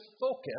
focus